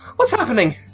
what's happening?